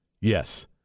Yes